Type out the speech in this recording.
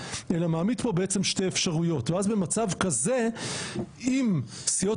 אלא מעמיד פה שתי אפשרויות ואז במצב כזה אם סיעות